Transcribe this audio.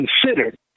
considered